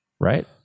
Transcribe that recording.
Right